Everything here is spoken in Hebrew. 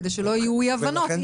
כדי שלא יהיו אי הבנות.